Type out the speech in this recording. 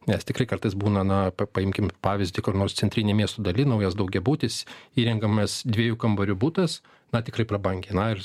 nes tikrai kartais būna na paimkim pavyzdį kur nors centrinėj miesto daly naujas daugiabutis įrengiamas dviejų kambarių butas na tikrai prabangiai na ir